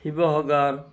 Sivasagar